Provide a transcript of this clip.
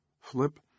Flip